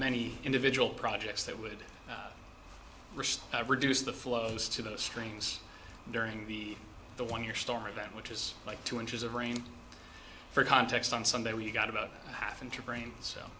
many individual projects that would have reduced the flows to the streams during the the one you're storing them which is like two inches of rain for context on sunday we got about a half inch of rain so